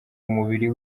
umubiri